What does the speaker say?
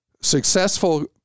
successful